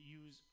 use